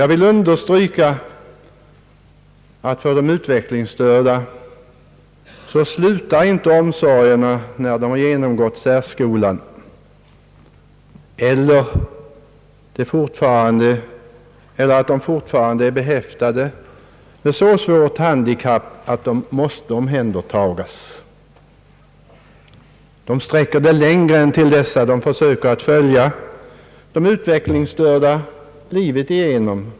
Jag vill understryka att för de utvecklingsstörda slutar inte omsorgerna när de genomgått särskola men fortfarande är behäftade med så svårt handikapp att de måste omhändertagas. Omsorgerna sträcker sig längre än dit. Man försöker att följa de utvecklingsstörda livet igenom.